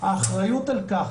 האחריות על כך,